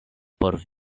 por